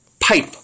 pipe